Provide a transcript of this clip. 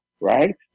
right